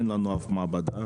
אין לנו אף מעבדה,